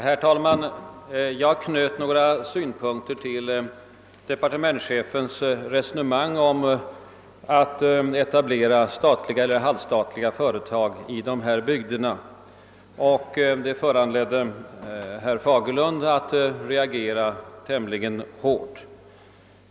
Herr talman! Jag knöt några synpunkter till departementschefens resonemang om att etablera statliga eller halvstatliga företag i avfolkningsbygderna, och det föranledde herr Fagerlund att reagera hårt.